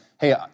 hey